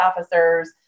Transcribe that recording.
officers